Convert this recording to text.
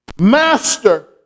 Master